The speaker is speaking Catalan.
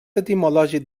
etimològic